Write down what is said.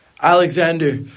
Alexander